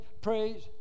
praise